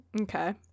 Okay